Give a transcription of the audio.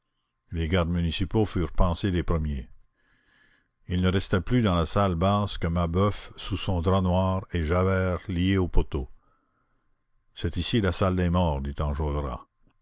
les gardes municipaux furent pansés les premiers il ne resta plus dans la salle basse que mabeuf sous son drap noir et javert lié au poteau c'est ici la salle des morts dit